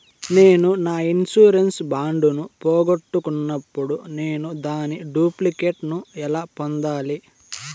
నేను నా insurance bond ను పోగొట్టుకున్నప్పుడు నేను దాని డూప్లికేట్ ను ఎలా పొందాలి?